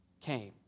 came